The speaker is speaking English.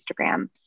Instagram